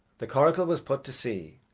the coracle was put to sea,